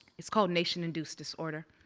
it's called nation induced disorder.